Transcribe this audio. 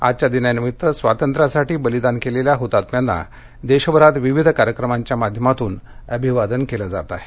आजच्या दिनानिमित्त स्वातंत्र्यासाठी बलिदान दिलेल्या हुतात्म्यांना देशभरात विविध कार्यक्रमांच्या माध्यमातून अभिवादन केलं जात आहे